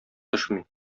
төшми